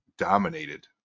dominated